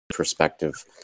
Perspective